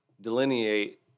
delineate